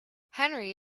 henry